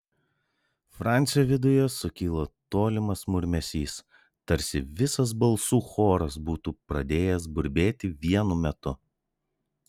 francio viduje sukilo tolimas murmesys tarsi visas balsų choras būtų pradėjęs burbėti vienu metu